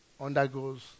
undergoes